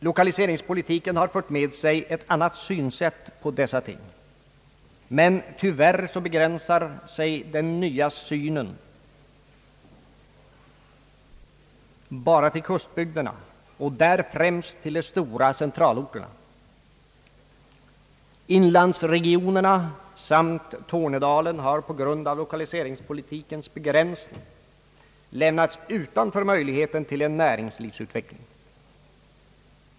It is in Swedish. Lokaliseringspolitiken har fört med sig ett annat synsätt på dessa ting, men tyvärr begränsar sig den nya synen bara till kustbygderna och där främst till de stora centralorterna. Inlandsregionerna samt Tornedalen har på grund av lokaliseringspolitikens begränsning lämnats utanför möjligheten till en näringslivsutveckling.